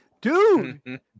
Dude